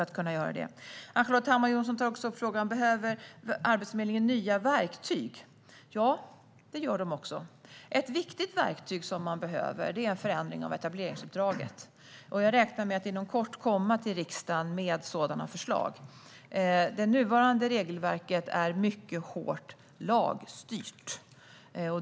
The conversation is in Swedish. Ann-Charlotte Hammar Johnsson tar också upp frågan rörande om Arbetsförmedlingen behöver nya verktyg. Ja, det gör de också. Ett viktigt verktyg som de behöver är en förändring av etableringsuppdraget. Jag räknar med att inom kort komma till riksdagen med sådana förslag. Det nuvarande regelverket är mycket hårt lagstyrt.